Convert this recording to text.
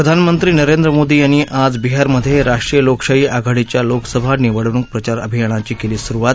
प्रधानमंत्री नरेंद्र मोदी यांनी आज बिहार मध ज्ञाष्ट्रीय लोकशाही आघाडीच्या लोकसभा निवडणूक प्रचार अभियानाची कली सुरुवात